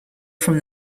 from